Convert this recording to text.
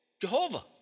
Jehovah